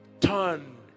Turn